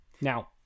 Now